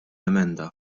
emenda